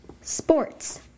sports